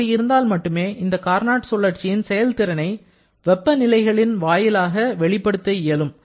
அப்படி இருந்தால் மட்டுமே இந்த கார்னாட் சுழற்சியின் செயல்திறனை வெப்பநிலைகளின் வாயிலாக வெளிப்படுத்த இயலும்